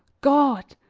god!